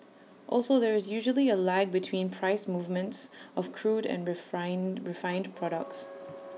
also there is usually A lag between price movements of crude and refined refined products